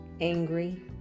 angry